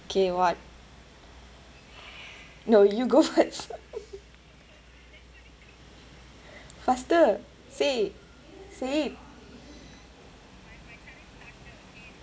kay what no you go first faster say say it